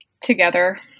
together